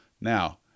Now